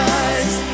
eyes